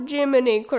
Jiminy